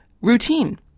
routine